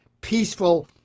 peaceful